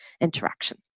interaction